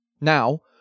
Now